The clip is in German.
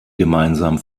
gemeinsam